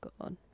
God